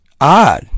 odd